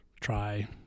try